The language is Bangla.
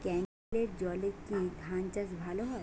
ক্যেনেলের জলে কি ধানচাষ ভালো হয়?